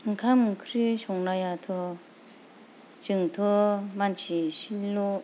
ओंखाम ओंख्रि संनायाथ' जोंथ' मानसि एसेनिल'